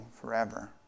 forever